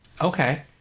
Okay